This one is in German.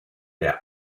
der